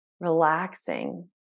relaxing